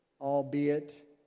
albeit